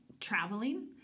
traveling